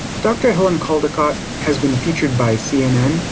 dr. helen caldicott has been featured by cnn,